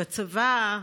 בצבא,